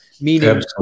Meaning